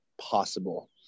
possible